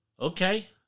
okay